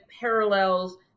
parallels